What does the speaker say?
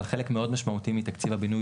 אבל חלק מאוד משמעותי מתקציב הבינוי,